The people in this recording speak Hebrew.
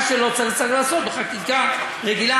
מה שלא צריך, צריך לעשות בחקיקה רגילה.